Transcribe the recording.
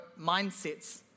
mindsets